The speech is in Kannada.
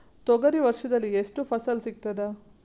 ತೊಗರಿ ವರ್ಷದಲ್ಲಿ ಎಷ್ಟು ಫಸಲ ಸಿಗತದ?